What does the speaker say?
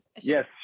Yes